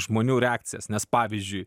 žmonių reakcijas nes pavyzdžiui